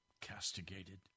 castigated